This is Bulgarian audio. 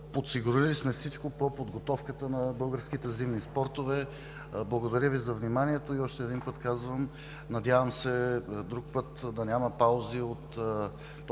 подсигурили сме всичко по подготовката на българските зимни спортове. Благодаря Ви за вниманието. Още един път казвам, надявам се друг път да няма толкова